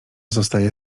zostaje